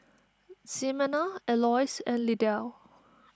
Ximena Elois and Lydell